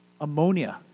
Ammonia